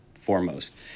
foremost